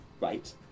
right